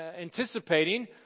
anticipating